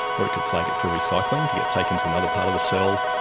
or it could flag it for recycling, to get taken to another part of the cell,